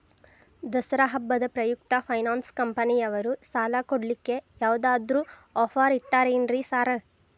ದಸರಾ ಹಬ್ಬದ ಪ್ರಯುಕ್ತ ಫೈನಾನ್ಸ್ ಕಂಪನಿಯವ್ರು ಸಾಲ ಕೊಡ್ಲಿಕ್ಕೆ ಯಾವದಾದ್ರು ಆಫರ್ ಇಟ್ಟಾರೆನ್ರಿ ಸಾರ್?